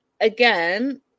again